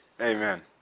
Amen